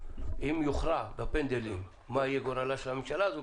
אם יוכרע בפנדלים מה יהיה גורלה של הממשלה הזו,